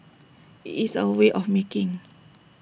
it's our way of making